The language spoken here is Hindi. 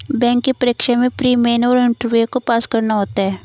बैंक की परीक्षा में प्री, मेन और इंटरव्यू को पास करना होता है